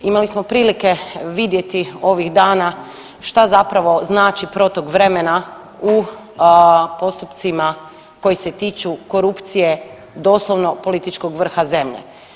Imali smo prilike vidjeti ovih dana šta zapravo znači protok vremena u postupcima koji se tiču korupcije, doslovno političkog vrha zemlje.